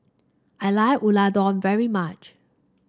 I like Unadon very much